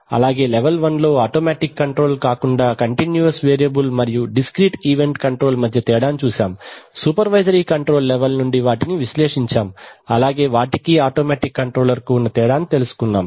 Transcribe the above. అలాగే లెవెల్ 1 లో automatic control అంతేకాకుండా కంటిన్యూవస్ వేరియబుల్ మరియు డిస్క్రీట్ ఈవెంట్ కంట్రోల్ మధ్య తేడాను చూశాము సుపెర్వైజరీ కంట్రోల్ లెవెల్ నుండి వాటి విశ్లేషించాము అలాగే వాటికీ ఆటోమాటిక్ కంట్రోల్ కు తేడాను తెలుసుకున్నాము